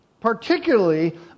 Particularly